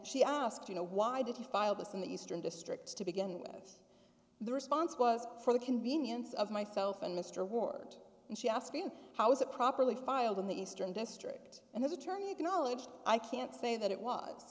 she asks you know why did you file this in the eastern district to begin with the response was for the convenience of myself and mr ward and she asked me how was it properly filed in the eastern district and as attorney the knowledge i can't say that it was